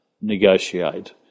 negotiate